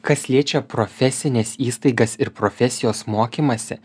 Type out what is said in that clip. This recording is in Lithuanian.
kas liečia profesines įstaigas ir profesijos mokymąsi